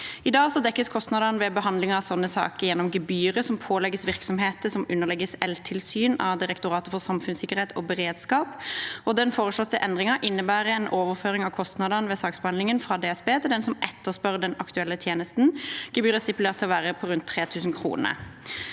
I dag dekkes kostnadene ved behandling av sånne saker gjennom gebyrer som pålegges virksomheter som underlegges el-tilsyn av Direktoratet for samfunnssikkerhet og beredskap. Den foreslåtte endringen innebærer en overføring av kostnadene ved saksbehandlingen fra DSB til dem som etterspør den aktuelle tjenesten. Gebyret er stipulert til å være på rundt 3 000 kr.